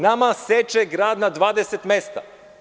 Nama seče grad na 20 mesta.